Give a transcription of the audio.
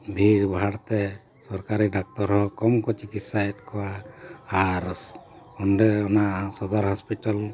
ᱵᱷᱤᱲ ᱵᱷᱟᱲᱛᱮ ᱥᱚᱨᱠᱟᱨᱤ ᱰᱟᱠᱛᱚᱨ ᱦᱚᱸ ᱠᱚᱢ ᱠᱚ ᱪᱤᱠᱤᱛᱥᱟᱭᱮᱫ ᱠᱚᱣᱟ ᱟᱨ ᱚᱸᱰᱮ ᱚᱱᱟ ᱥᱚᱫᱚᱨ ᱦᱚᱥᱯᱤᱴᱟᱞ